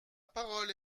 parole